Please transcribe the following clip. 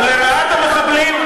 לרעת המחבלים,